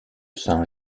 saint